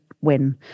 win